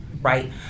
Right